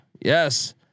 Yes